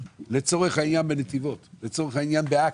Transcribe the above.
לצורך העניין בנתיבות, לצורך העניין בעכו.